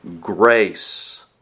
grace